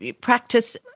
practice